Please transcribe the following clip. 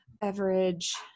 beverage